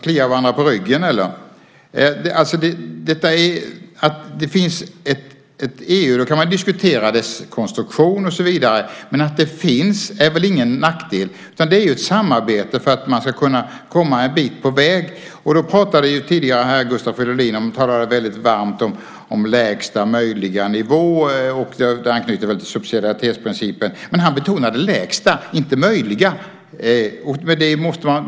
Klia varandra på ryggen, eller? Vi kan diskutera EU:s konstruktion och så vidare. Men att den finns är väl ingen nackdel? Det är ett samarbete för att komma en bit på väg. Gustav Fridolin talade tidigare varmt om lägsta möjliga nivå. Det anknyter väl till subsidiaritetsprincipen. Men han betonade lägsta, inte möjliga!